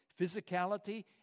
physicality